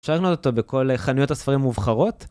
אפשר לקנות אותו בכל חנויות הספרים מובחרות.